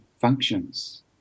functions